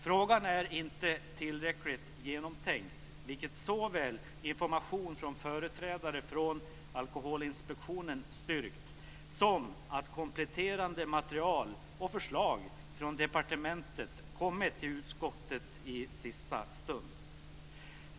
Frågan är inte tillräckligt genomtänkt, vilket styrks såväl av information från företrädare från Alkoholinspektionen som av att kompletterande material och förslag från departementet kommit till utskottet i sista stund.